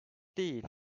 değil